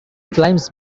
climbs